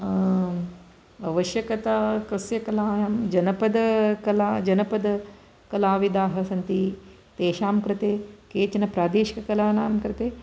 अवश्यकता कस्य कला जनपदकलां जनपदकलाविदाः सन्ति तेषां कृते केचनप्रादेशिककालानां कृते